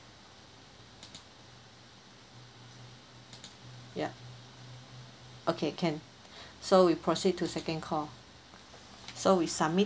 ya okay can so we proceed to second call so we submit